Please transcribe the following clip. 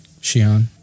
Xi'an